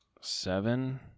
seven